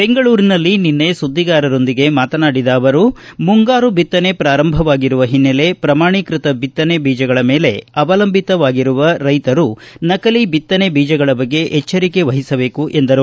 ಬೆಂಗಳೂರಿನಲ್ಲಿ ನಿನ್ನೆ ಸುದ್ದಿಗಾರರೊಂದಿಗೆ ಮಾತನಾಡಿದ ಅವರು ಮುಂಗಾರು ಬಿತ್ತನೆ ಪ್ರಾರಂಭವಾಗಿರುವ ಹಿನ್ನೆಲೆ ಪ್ರಮಾಣೇಕೃತ ಬಿತ್ತನೆ ಬೀಜಗಳ ಮೇಲೆ ಅವಲಂಬಿತವಾಗಿರುವ ರೈತರು ನಕಲಿ ಬಿತ್ತನೆ ಬೀಜಗಳ ಬಗ್ಗೆ ಎಚ್ಚರಿಕೆ ವಹಿಸಬೇಕು ಎಂದರು